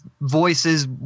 voices